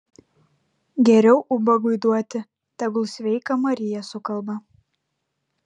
geriau ubagui duoti tegul sveika marija sukalba